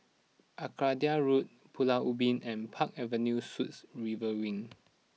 Arcadia Road Pulau Ubin and Park Avenue Suites River Wing